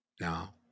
now